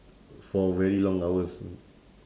for very long hours